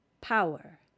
power